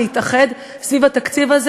להתאחד סביב התקציב הזה.